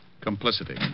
Complicity